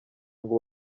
ngo